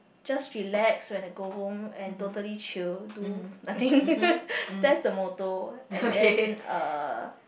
just relax when I go home and totally chill do nothing that's the motto and then uh